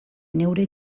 neure